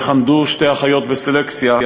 ואיך עמדו שתי אחיות בסלקציה,